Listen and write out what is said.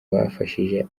bafashije